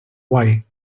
why